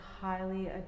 highly